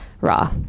raw